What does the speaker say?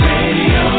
Radio